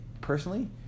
personally